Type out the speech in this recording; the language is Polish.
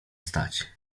stać